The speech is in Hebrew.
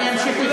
אני אמשיך לחכות.